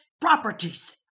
properties